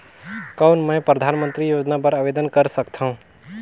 कौन मैं परधानमंतरी योजना बर आवेदन कर सकथव?